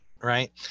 right